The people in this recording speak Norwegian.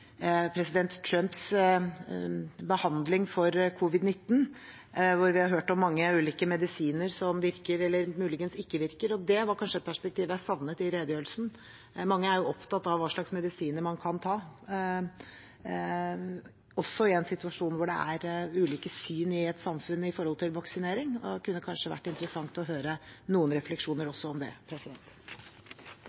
president Trumps behandling for covid-19. Vi har hørt om mange ulike medisiner som virker eller muligens ikke virker. Det var kanskje et perspektiv jeg savnet i redegjørelsen. Mange er opptatt av hva slags medisiner man kan ta. I en situasjon hvor det er ulike syn i samfunnet på dette med vaksinering, kunne det vært interessant å høre noen refleksjoner